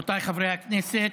רבותיי חברי הכנסת,